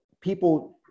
people